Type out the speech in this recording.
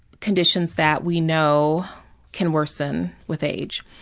conditions that we know can worsen with age.